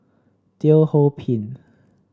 Teo Ho Pin